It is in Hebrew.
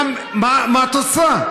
מה את עושה?